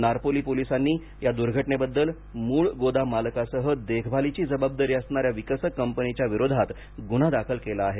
नारपोली पोलिसांनी या दुर्घटनेबद्दल मूळ गोदाममालकासह देखभालीची जबाबदारी असणाऱ्या विकसक कंपनीच्या विरोधात गुन्हा दाखल केला आहे